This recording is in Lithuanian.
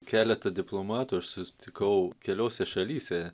keletą diplomatų aš susitikau keliose šalyse